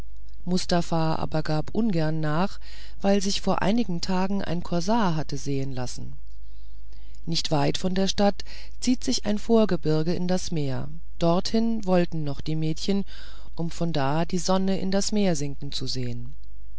mustafa gab aber ungern nach weil sich vor einigen tagen ein korsar hatte sehen lassen nicht weit von der stadt zieht sich ein vorgebirge in das meer dorthin wollten noch die mädchen um von da die sonne in das meer sinken zu sehen